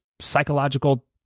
psychological